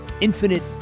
infinite